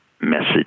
Message